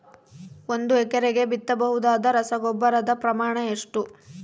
ಒಂದು ಎಕರೆಗೆ ಬಿತ್ತಬಹುದಾದ ರಸಗೊಬ್ಬರದ ಪ್ರಮಾಣ ಎಷ್ಟು?